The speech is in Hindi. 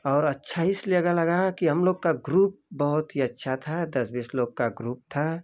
और अच्छा इसलिए लगन लगा कि हम लोग का ग्रुप बहुत ही अच्छा था दस बीस लोग का ग्रुप था